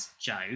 Joe